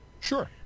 Sure